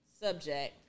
subject